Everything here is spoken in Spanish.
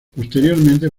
posteriormente